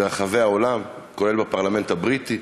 ברחבי העולם, כולל בפרלמנט הבריטי,